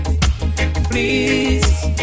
Please